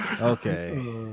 Okay